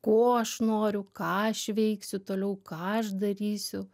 ko aš noriu ką aš veiksiu toliau ką aš darysiu